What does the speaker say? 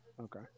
Okay